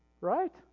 right